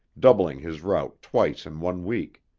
doubling his route twice in one week.